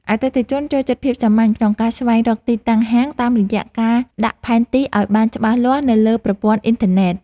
អតិថិជនចូលចិត្តភាពសាមញ្ញក្នុងការស្វែងរកទីតាំងហាងតាមរយៈការដាក់ផែនទីឱ្យបានច្បាស់លាស់នៅលើប្រព័ន្ធអ៊ីនធឺណិត។